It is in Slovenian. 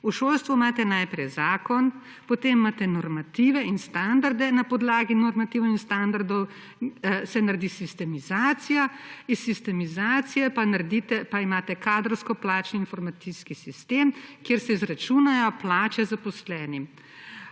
V šolstvu imate najprej zakon, potem imate normative in standarde, na podlagi normativov in standardov se naredi sistemizacija, iz sistemizacije pa imate kadrovsko-plačni informacijski sistem, kjer se izračunajo plače zaposlenim